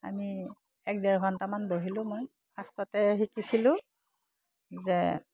আমি এক ডেৰ ঘণ্টামান বহিলোঁ মই ফাৰ্ষ্টতে শিকিছিলোঁ যে